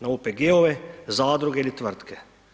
Na OPG-ove, zadruge ili tvrtke.